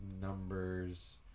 numbers